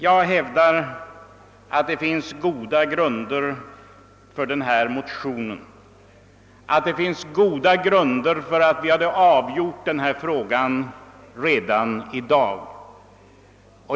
Jag hävdar att det finns goda grunder för denna motion, att det finns goda grunder för att vi borde avgöra denna fråga redan i dag.